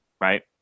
right